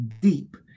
deep